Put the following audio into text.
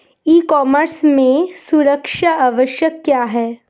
ई commerce में सुरक्षा आवश्यक क्यों है?